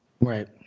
Right